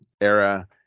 era